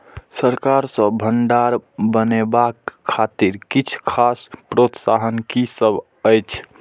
सरकार सँ भण्डार बनेवाक खातिर किछ खास प्रोत्साहन कि सब अइछ?